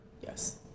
yes